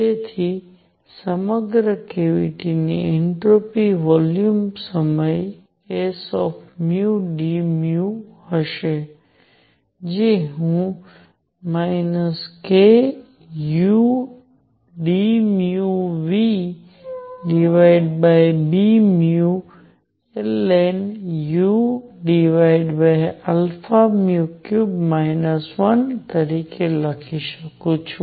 તેથી સમગ્ર કેવીટી ની એન્ટ્રોપી વોલ્યુમ સમય sd હશે જે હું kudνVβνln⁡ 1 તરીકે લખી શકું છું